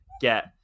get